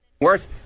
Worse